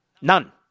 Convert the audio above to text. None